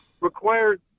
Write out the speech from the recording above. Required